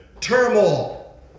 Turmoil